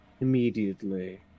immediately